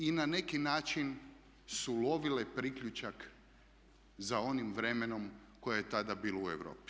I na neki način su lovile priključak za onim vremenom koje je tada bilo u Europi.